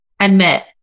Admit